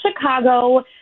Chicago